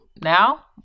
Now